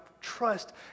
trust